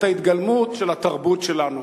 את ההתגלמות של התרבות שלנו.